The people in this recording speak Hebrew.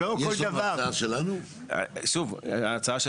לא כל דבר --- יש פה את ההצעה שלנו?